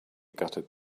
gutted